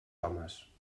homes